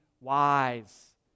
wise